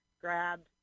grabbed